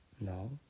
No